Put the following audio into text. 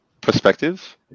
Perspective